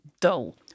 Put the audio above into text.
dull